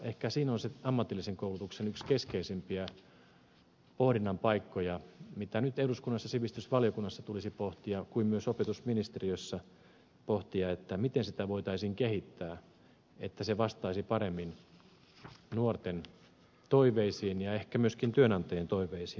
ehkä siinä on se ammatillisen koulutuksen yksi keskeisimpiä pohdinnan paikkoja mitä nyt eduskunnassa sivistysvaliokunnassa kuin myös opetusministeriössä tulisi pohtia miten sitä voitaisiin kehittää että se vastaisi paremmin nuorten toiveisiin ja ehkä myöskin työnantajien toiveisiin